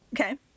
Okay